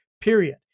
period